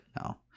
no